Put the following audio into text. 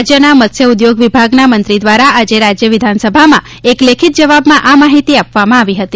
રાજ્યના મત્સ્યઉદ્યોગ વિભાગના મંત્રી દ્વારા આજે રાજ્યવિધાનસભામાં એક લેખિત જવાબમાં આ માહિતી આપવામાં આવી હતી